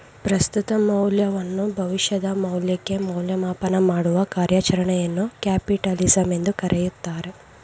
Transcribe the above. ಪ್ರಸ್ತುತ ಮೌಲ್ಯವನ್ನು ಭವಿಷ್ಯದ ಮೌಲ್ಯಕ್ಕೆ ಮೌಲ್ಯಮಾಪನ ಮಾಡುವ ಕಾರ್ಯಚರಣೆಯನ್ನು ಕ್ಯಾಪಿಟಲಿಸಂ ಎಂದು ಕರೆಯುತ್ತಾರೆ